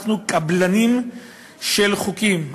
אנחנו קבלנים של חוקים.